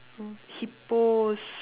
hippos